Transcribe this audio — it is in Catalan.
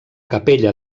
capella